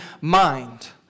mind